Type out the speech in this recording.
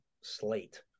slate